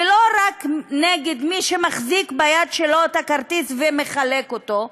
ולא רק נגד מי שמחזיק ביד שלו את הכרטיסים ומחלק אותם,